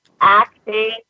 Acting